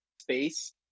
Space